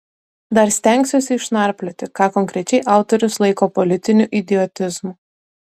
dar stengsiuosi išnarplioti ką konkrečiai autorius laiko politiniu idiotizmu